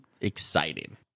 Exciting